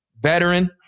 veteran